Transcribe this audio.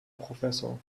professor